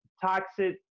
toxic